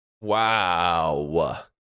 Wow